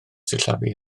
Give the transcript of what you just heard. sillafu